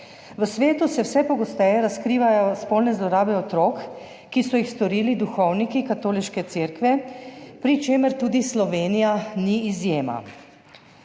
V svetu se vse pogosteje razkrivajo spolne zlorabe otrok, ki so jih storili duhovniki katoliške cerkve, pri čemer tudi Slovenija ni izjema.